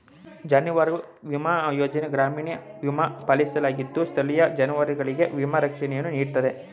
ಜಾನುವಾರು ವಿಮಾ ಯೋಜನೆ ಗ್ರಾಮೀಣ ವಿಮಾ ಪಾಲಿಸಿಯಾಗಿದ್ದು ಸ್ಥಳೀಯ ಜಾನುವಾರುಗಳಿಗೆ ವಿಮಾ ರಕ್ಷಣೆಯನ್ನು ನೀಡ್ತದೆ